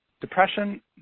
Depression